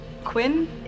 Quinn